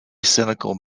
cynical